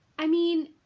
i mean,